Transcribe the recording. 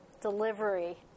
Delivery